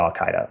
Al-Qaeda